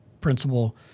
principal